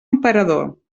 emperador